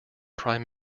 prime